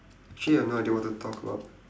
actually I've no idea what to talk about